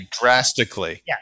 drastically